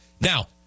Now